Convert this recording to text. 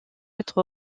être